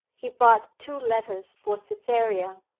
he brought two letters for cytherea.